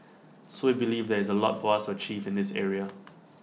so we believe there is A lot for us to achieve in this area